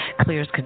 clears